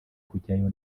kujyayo